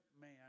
man